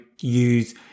use